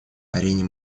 арене